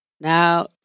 Now